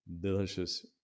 delicious